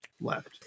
left